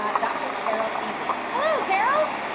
um dr. carol ely. hello, carol!